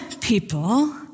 people